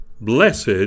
Blessed